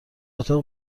اتاق